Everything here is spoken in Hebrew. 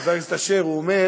חבר הכנסת אשר, הוא אומר